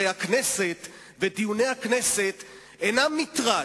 הכנסת ודיוני הכנסת אינם מטרד,